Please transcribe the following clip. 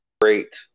great